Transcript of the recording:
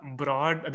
broad